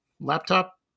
laptop